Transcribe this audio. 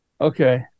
Okay